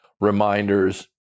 reminders